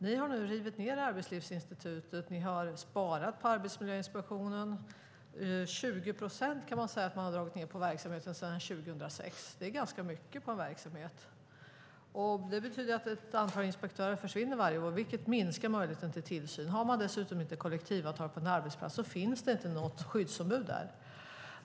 Ni har nu rivit ned Arbetslivsinstitutet och sparat på Arbetsmiljöinspektionen. Man kan säga att ni har dragit ned på verksamheten med 20 procent sedan 2006. Det är ganska mycket för en verksamhet. Det betyder att ett antal inspektörer försvinner varje år, vilket minskar möjligheten till tillsyn. Har man dessutom inte kollektivavtal på en arbetsplats finns det inget skyddsombud där.